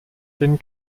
den